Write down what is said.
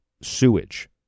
sewage